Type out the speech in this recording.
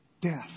death